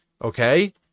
Okay